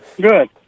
Good